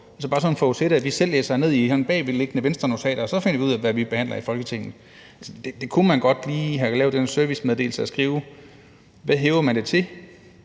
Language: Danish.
for bare sådan at forudsætte, at vi selv læser ned i et bagvedliggende Venstrenotat og så finder vi ud af, hvad vi behandler i Folketinget. Man kunne godt lige have givet den servicemeddelelse at skrive, hvad man hæver det til,